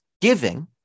giving